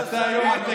יש לו כרטיסיות,